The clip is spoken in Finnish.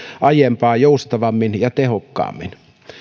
aiempaa joustavammin ja tehokkaammin